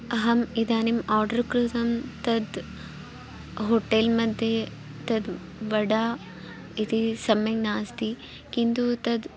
अहम् इदानीम् आर्डर् कृतं तद् होटेल् मध्ये तद् वडा इति सम्यक् नास्ति किन्तु तद्